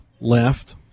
left